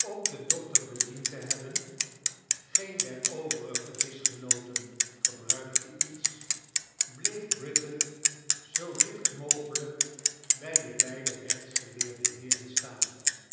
ook den doctor bediend t hebben geen der overige dischgemooten gebruikte iete bleef britaiii zoo dicht mogelijk bij de beide rechtsgeleerde heerem stan